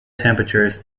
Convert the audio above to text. temperatures